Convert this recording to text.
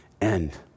end